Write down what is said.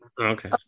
okay